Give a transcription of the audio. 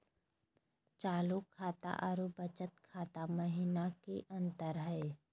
चालू खाता अरू बचत खाता महिना की अंतर हई?